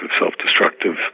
self-destructive